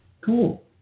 Cool